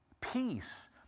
Peace